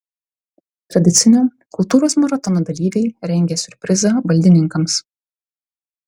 tradicinio kultūros maratono dalyviai rengia siurprizą valdininkams